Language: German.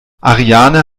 ariane